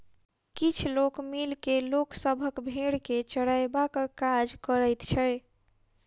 किछ लोक मिल के लोक सभक भेंड़ के चरयबाक काज करैत छै